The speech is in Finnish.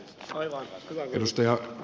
arvoisa puhemies